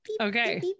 Okay